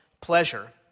pleasure